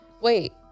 Wait